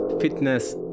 fitness